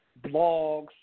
blogs